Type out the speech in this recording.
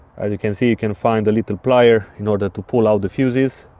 as you can see you can find a little plier in order to pull out the fuses.